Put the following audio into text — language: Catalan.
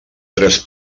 tres